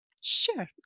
Sure